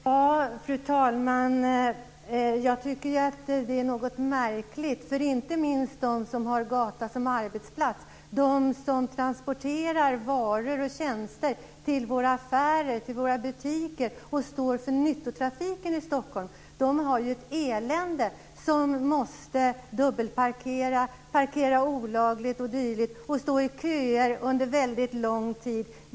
Fru talman! Jag tycker att detta låter något märkligt. De som har gatan som arbetsplats och som transporterar varor och tjänster till våra butiker och som står för nyttotrafiken i Stockholm har ju ett elände. De måste dubbelparkera, parkera olagligt och stå i köer väldigt lång tid.